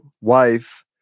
wife